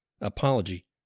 apology